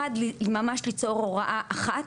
אחד זה ממש ליצור הוראה אחת,